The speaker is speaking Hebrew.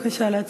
בבקשה, להצביע,